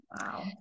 Wow